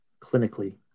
clinically